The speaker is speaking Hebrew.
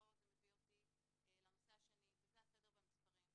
פה זה מביא אותי לנושא השני וזה הסדר במספרים.